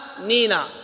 Nina